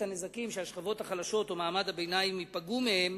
הנזקים שהשכבות החלשות או מעמד הביניים ייפגעו מהם.